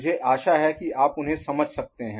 मुझे आशा है कि आप उन्हें समझ सकते हैं